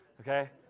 okay